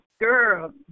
Girl